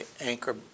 anchor